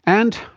and,